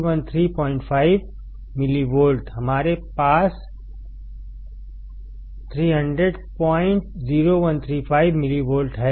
3135 millivolt यहाँ हमारे पास 3000135 मिलीवोल्ट हैं